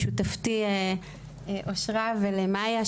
להודות לכול השותפים והשותפות ובמיוחד לשותפתי אושרה ולמאיה,